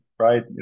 right